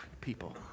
people